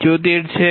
77 છે